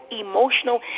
emotional